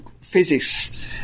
physics